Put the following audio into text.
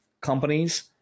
companies